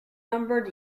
numbered